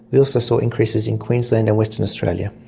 we also saw increases in queensland and western australia.